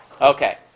Okay